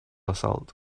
assault